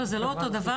לא זה לא אותו דבר,